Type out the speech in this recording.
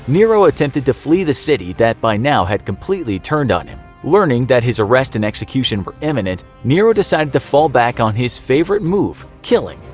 nero attempted to flee the city that by now had completely turned on him. learning that his arrest and execution were imminent, nero decided to fall back on his favorite move, killing,